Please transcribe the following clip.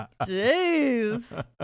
Jeez